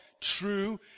true